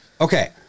Okay